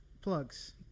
plugs